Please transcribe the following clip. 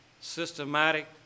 systematic